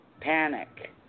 panic